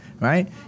right